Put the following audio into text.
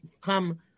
come